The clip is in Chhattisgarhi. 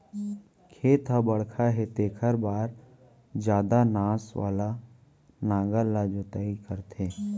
खेत ह बड़का हे तेखर बर जादा नास वाला नांगर म जोतई करथे